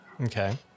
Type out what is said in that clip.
Okay